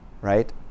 right